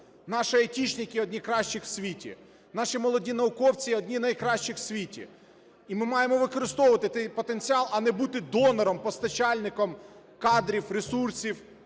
Наші айтішники одні з кращих у світі, наші молоді науковці одні з найкращих у світі, і ми маємо використовувати той потенціал, а не бути донором, постачальником кадрів, ресурсів